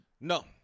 No